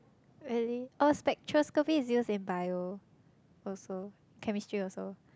very oh spectroscopy is used in bio also chemistry also